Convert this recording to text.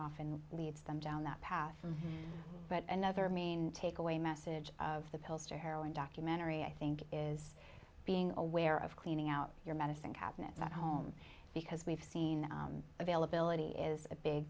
often leads them down that path but another main takeaway message of the pills to heroin documentary i think is being aware of cleaning out your medicine cabinets at home because we've seen availability is a big